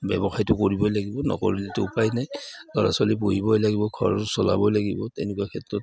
ব্যৱসায়টো কৰিবই লাগিব নকৰিলেটো উপায় নাই ল'ৰা ছোৱালী পুহিবই লাগিব ঘৰ চলাবই লাগিব তেনেকুৱা ক্ষেত্ৰত